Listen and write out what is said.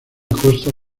costa